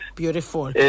beautiful